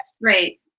Right